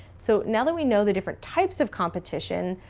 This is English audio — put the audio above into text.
so now that we know the different types of competition,